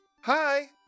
Hi